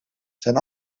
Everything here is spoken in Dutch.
zijn